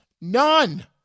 None